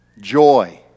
joy